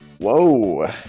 whoa